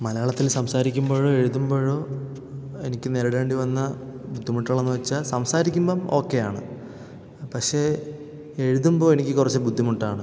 മലയാളത്തിൽ സംസാരിക്കുമ്പോഴോ എഴുതുമ്പോഴോ എനിക്ക് നേരിടേണ്ടി വന്ന ബുദ്ധിമുട്ടുകളെന്നു വെച്ചാൽ സംസാരിക്കുമ്പം ഓക്കേയാണ് പക്ഷേ എഴുതുമ്പോഴെനിക്ക് കുറച്ച് ബുദ്ധിമുട്ടാണ്